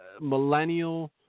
millennial